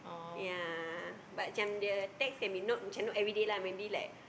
ya but macam the text can be not macam not everyday lah maybe like